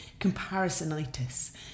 comparisonitis